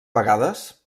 vegades